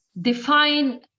define